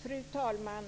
Fru talman!